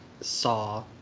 saw